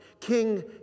King